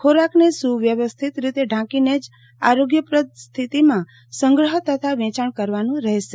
ખોરાકને સુવ્યવસ્થિત રીતે ઢાંકીને જ આરોગ્યપ્રદ સ્થિતિમાં સંગ્રહ તથા વેચાણ કરવાનો રહેશે